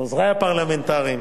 לעוזרי הפרלמנטריים